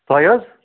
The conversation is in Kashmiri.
تۄہہِ حظ